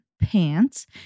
pants